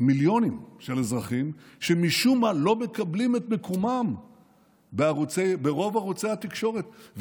מיליונים של אזרחים שמשום מה לא מקבלים את מקומם ברוב ערוצי התקשורת,